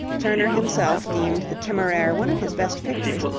turner himself deemed the temeraire one of his best pictures,